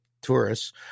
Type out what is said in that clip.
tourists